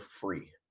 free